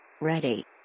Ready